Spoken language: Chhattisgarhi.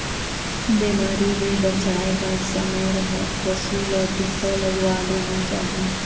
बिमारी ले बचाए बर समे रहत पशु ल टीका लगवा लेना चाही